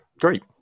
great